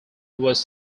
was